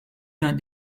d’un